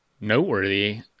noteworthy